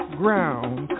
ground